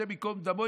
השם ייקום דמו,